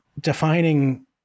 defining